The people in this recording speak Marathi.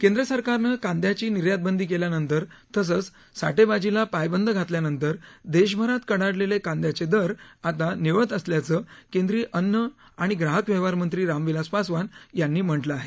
केंद्र सरकारनं कांदयांची निर्यात बंदी केल्यानंतर तसंच साठेबाजीला पायबंद घातल्यानंतर देशभरात कडाडलेले कांद्याचे दर आता निवळत असल्याचं केंद्रीय अन्न आणि ग्राहक व्यवहारमंत्री रामविलास पासवान यांनी म्हटलं आहे